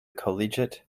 collegiate